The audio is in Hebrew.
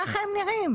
ככה הם נראים.